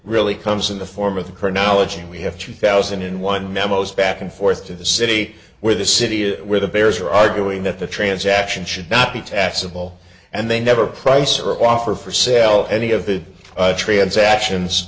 really comes in the form of the chronology and we have two thousand and one memos back and forth to the city where the city where the bears are arguing that the transaction should not be taxable and they never price or offer for sell any of the transactions